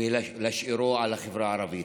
ולהשאירו לחברה הערבית.